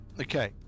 Okay